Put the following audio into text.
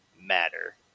matter